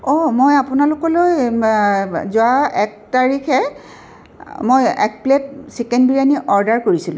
মই আপোনালোকলৈ যোৱা এক তাৰিখে মই এক প্লেট চিকেন বিৰিয়ানি অৰ্ডাৰ কৰিছিলোঁ